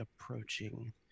approaching